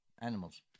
animals